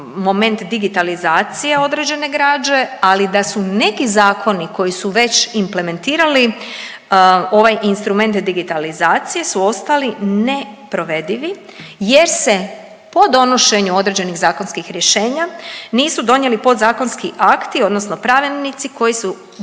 moment digitalizacije određene građe, ali da su neki zakoni koji su već implementirali ovaj instrument digitalizacije su ostali neprovedivi jer se po donošenju određenih zakonskih rješenja nisu donijeli podzakonski akti odnosno pravilnici koji su trebali